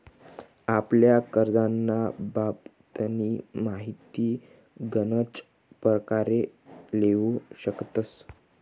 आपला करजंना बाबतनी माहिती गनच परकारे लेवू शकतस